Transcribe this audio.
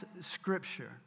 Scripture